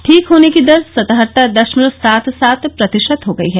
ठीक होने की दर सतहत्तर दशमलव सात सात प्रतिशत हो गई है